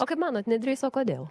o kaip manot nedrįso kodėl